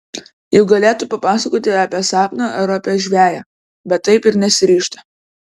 juk galėtų papasakoti apie sapną ar apie žveję bet taip ir nesiryžta